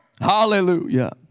hallelujah